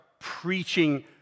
preaching